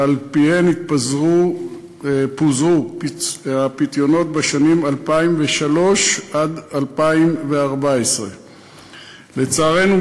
ועל-פיהן פוזרו הפיתיונות בשנים 2003 2014. לצערנו,